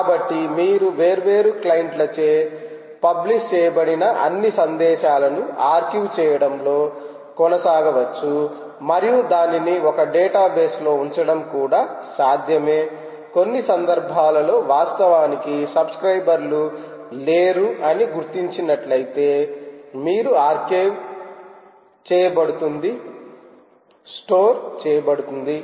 కాబట్టి మీరు వేర్వేరు క్లయింట్లచే పబ్లిష్ చేయబడిన అన్ని సందేశాలను ఆర్కైవ్ చేయడంలో కొనసాగవచ్చు మరియు దానిని ఒక డేటాబేస్ లో ఉంచడం కూడా సాధ్యమే కొన్ని సందర్భాలలో వాస్తవానికి సబ్స్క్రయిబర్ లు లేరు ఆని గుర్తించినట్లయితే మీరు ఆర్కైవ్ చేయబడుతుంది స్టోర్ చేయబడుతుంది